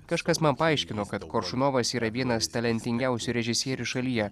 kažkas man paaiškino kad koršunovas yra vienas talentingiausių režisierių šalyje